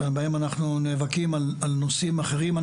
בהם אנחנו נאבקים על נושאים אחרים,